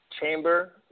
Chamber